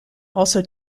also